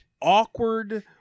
awkward